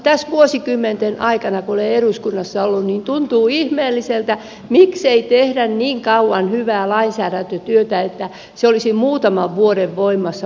tässä vuosikymmenten aikana kun olen eduskunnassa ollut tuntuu ihmeelliseltä miksei tehdä niin kauan hyvää lainsäädäntötyötä että se olisi muutaman vuoden voimassa